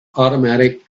automatic